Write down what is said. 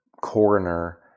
coroner